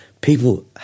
People